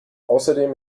außerdem